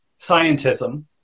scientism